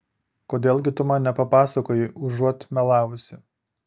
kodėl gi tu man nepapasakoji užuot melavusi